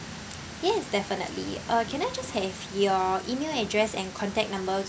yes definitely uh can I just have your email address and contact number